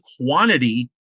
quantity